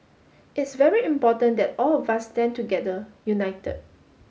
it's very important that all of us stand together united